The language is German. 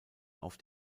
auf